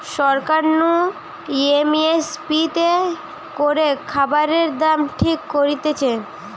সরকার নু M S P তে করে খাবারের দাম ঠিক করতিছে